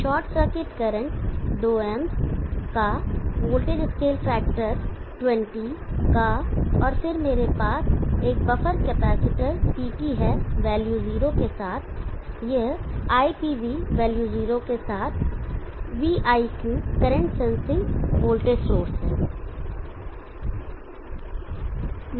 short circuit current 2 amps का voltage scale factor 20 का और फिर मेरे पास एक बफर कैपेसिटर CT है वैल्यू 0 के साथ यह VIPV वैल्यू 0 के साथ VIQ current sensing voltage source हैं